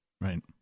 Right